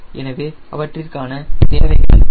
எனவே அவற்றின் தேவைகள் வேறு